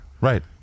Right